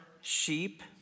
sheep